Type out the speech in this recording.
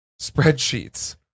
spreadsheets